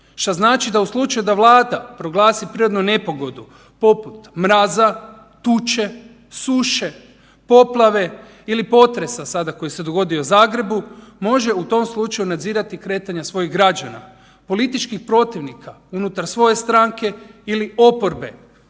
šta znači da u slučaju da Vlada proglasi prirodnu nepogodu poput mraza, tuče, suše, poplave ili potresa koji se sada u Zagrebu može u tom slučaju nadzirati kretanja svojih građana, političkih protivnika unutar svoje stranke ili oporbe,